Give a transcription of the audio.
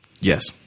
Yes